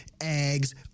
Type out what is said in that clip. eggs